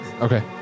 Okay